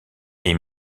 est